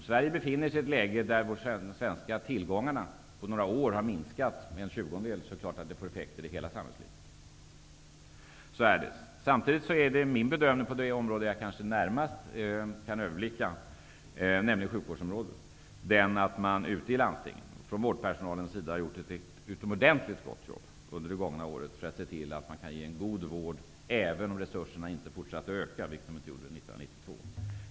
Sverige befinner sig i ett läge där våra tillgångar på några år har minskat med en tjugondel, och det är klart att det får effekter i hela samhällslivet. Samtidigt är min bedömning på det område som jag kanske närmast kan överblicka, nämligen sjukvården, att vårdpersonalen ute i landstingen under det gångna året har gjort ett utomordentligt gott arbete för att se till att man kan ge en god vård även om resurserna inte fortsätter att öka, vilket de inte gjorde under 1992.